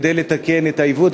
כדי לתקן את העיוות,